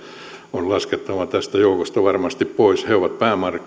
on laskettava tästä joukosta varmasti pois ne ovat